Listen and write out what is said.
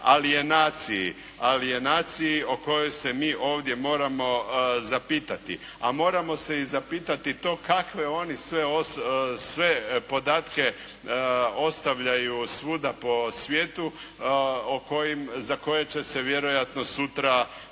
Alijenaciji o kojoj se mi ovdje moramo zapitati. A moramo se i zapitati to kakve oni sve podatke ostavljaju svuda po svijetu za koje će se vjerojatno sutra